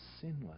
sinless